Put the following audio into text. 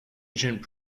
agents